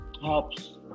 helps